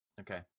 Okay